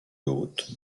haute